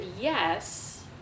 yes